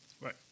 Right